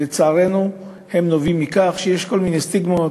שלצערנו נובע מכך שיש כל מיני סטיגמות,